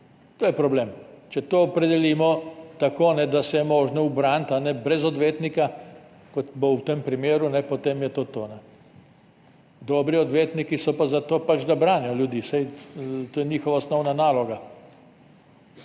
To je problem. Če to opredelimo tako, da se je možno obraniti brez odvetnika, kot bo v tem primeru, potem je to to. Dobri odvetniki so pa pač zato, da branijo ljudi, saj to je njihova osnovna naloga.